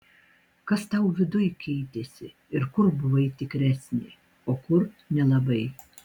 kas tau viduj keitėsi ir kur buvai tikresnė o kur nelabai